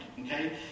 Okay